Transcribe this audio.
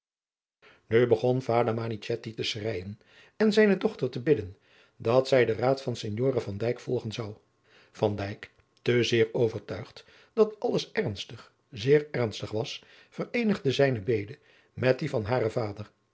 nu begon vader manichetti te schreijen en zijne dochter te bidden dat zij den raad van signore van dijk volgen zou van dijk te zeer overtuigd dat alles ernstig zeer ernstig was vereenigde zijne bede met die van haren vader